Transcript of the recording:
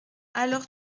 alors